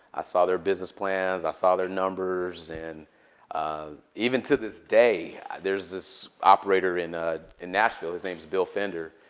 i saw their business plans. i saw their numbers. and um even to this day, there is this operator in ah in nashville his name's bill fender.